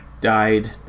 died